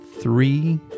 three